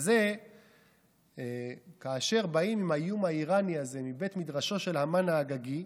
אז כאשר באים עם האיום האיראני הזה מבית מדרשו של המן האגגי,